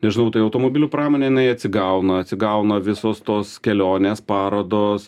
nežinau tai automobilių pramonė jinai atsigauna atsigauna visos tos kelionės parodos